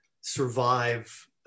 survive